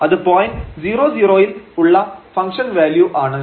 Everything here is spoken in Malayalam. അത് പോയിന്റ് 0 0ൽ ഉള്ള ഫംഗ്ഷൻ വാല്യൂ ആണ്